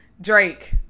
Drake